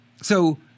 So-